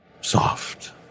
soft